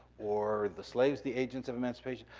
or the slaves the agents of emancipation,